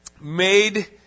made